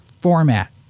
format